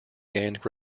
gained